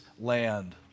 land